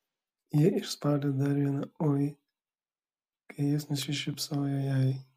ji išspaudė dar vieną oi kai jis nusišypsojo jai